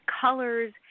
colors